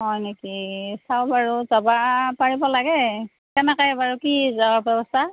হয় নেকি চাওঁ বাৰু যাবা পাৰিব লাগেই কেনেকৈ বাৰু কি যাৱাৰ ব্যৱস্থা